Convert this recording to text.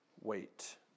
wait